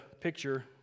picture